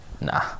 Nah